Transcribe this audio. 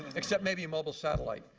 except maybe a mobile satellite.